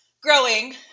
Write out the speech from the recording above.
growing